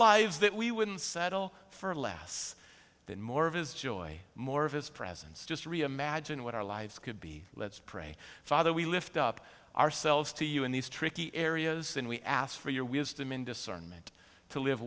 lives that we wouldn't settle for less than more of his joy more of his presence just reimagine what our lives could be let's pray father we lift up ourselves to you in these tricky areas and we ask for your wisdom in discernment to live